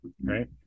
right